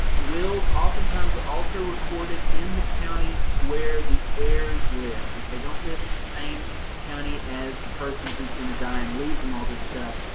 wills oftentimes are also recorded in the counties where the heirs live, if they don't live in the same county as the person who's going to die and leave them all this stuff.